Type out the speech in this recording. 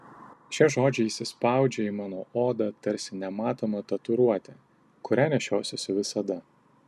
šie žodžiai įsispaudžia į mano odą tarsi nematoma tatuiruotė kurią nešiosiuosi visada